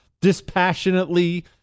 dispassionately